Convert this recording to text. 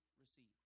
received